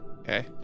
Okay